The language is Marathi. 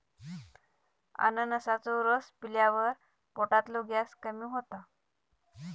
अननसाचो रस पिल्यावर पोटातलो गॅस कमी होता